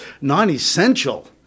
non-essential